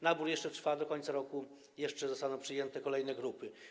Nabór jeszcze trwa, do końca roku zostaną przyjęte kolejne grupy.